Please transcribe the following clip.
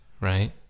Right